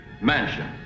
Mansion